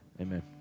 amen